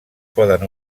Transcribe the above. poden